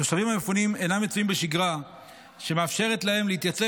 התושבים המפונים אינם מצויים בשגרה שמאפשרת להם להתייצב